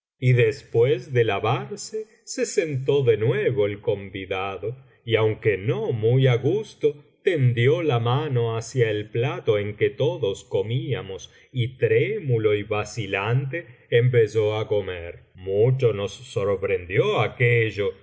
y después de lavarse se sentó de nuevo el convidado y aunque no muy á gusto tendió la mano hacia el plato en que todos comíamos y trémulo y vacilante empezó á comer mucho nos sorprendió aquello